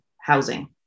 housing